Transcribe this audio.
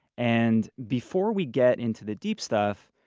and before we get into the deep stuff,